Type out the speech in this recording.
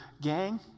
gang